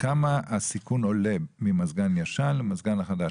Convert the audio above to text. כמה הסיכון עולה ממזגן ישן למזגן החדש?